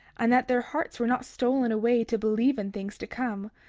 and that their hearts were not stolen away to believe in things to come,